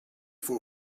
for